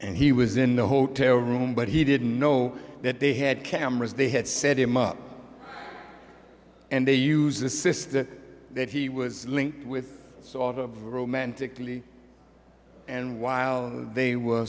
and he was in the hotel room but he did know that they had cameras they had set him up and they use the system that he was linked with so all of romantically and while they were